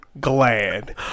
glad